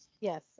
Yes